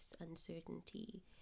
uncertainty